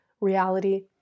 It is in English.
reality